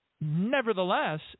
nevertheless